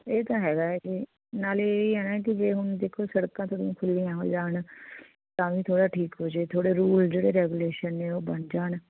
ਇਹ ਤਾਂ ਹੈਗਾ ਏ ਅਤੇ ਨਾਲੇ ਇਹ ਨਾ ਕਿ ਜੇ ਹੁਣ ਦੇਖੋ ਸੜਕਾਂ ਥੋੜ੍ਹੀਆਂ ਖੁੱਲ੍ਹੀਆਂ ਹੋ ਜਾਣ ਤਾਂ ਵੀ ਥੋੜ੍ਹਾ ਠੀਕ ਹੋ ਜੇ ਥੋੜ੍ਹੇ ਰੂਲ ਜਿਹੜੇ ਰੈਗੂਲੇਸ਼ਨ ਨੇ ਉਹ ਬਣ ਜਾਣ